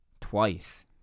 twice